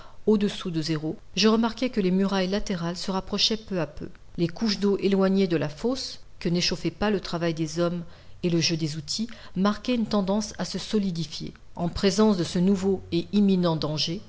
au-dessous de zéro je remarquai que les murailles latérales se rapprochaient peu à peu les couches d'eau éloignées de la fosse que n'échauffaient pas le travail des hommes et le jeu des outils marquaient une tendance à se solidifier en présence de ce nouveau et imminent danger